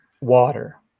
water